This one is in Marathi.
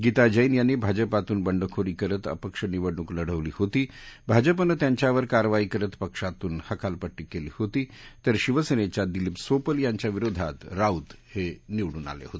गीता जैन यांनी भाजपातून बंडखोरी करत अपक्ष निवडणूक लढवली होती भाजपनं त्यांच्यावर कारवाई करत पक्षातून हकालपट्टी केली होती तर शिवसेनेच्या दिलीप सोपल यांच्याविरोधात राऊत निवडून आले आहेत